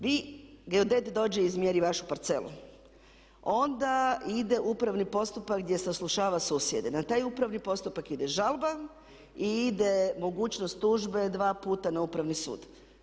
Vi, geodet dođe, izmjeri vašu parcelu, onda ide upravni postupak gdje saslušava susjede, na taj upravni postupak ide žalba i ide mogućnost tužbe dva puta na Upravni sud.